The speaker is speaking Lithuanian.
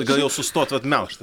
gal jau sustot vat melžt